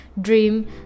dream